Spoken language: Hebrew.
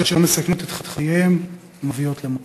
אשר מסכנות את חייהם ומביאות למותם.